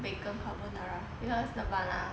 bacon carbonara because the ban lah